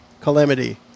Calamity